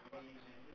!wah!